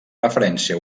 referència